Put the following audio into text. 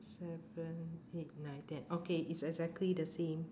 seven eight nine ten okay it's exactly the same